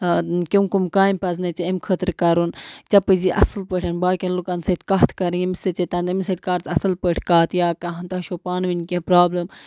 کیٚم کُم کامہِ پَزنٲے ژےٚ اَمہِ خٲطرٕ کَرُن ژےٚ پَزی اَصٕل پٲٹھۍ باقٕیَن لُکَن سۭتۍ کَتھ کَرٕنۍ ییٚمہِ سۭتۍ ژےٚ تَنہٕ أمِس سۭتۍ کَر ژٕ اَصٕل پٲٹھۍ کَتھ یا کانٛہہ تۄہہِ چھو پانہٕ ؤنۍ کینٛہہ پرٛابلِم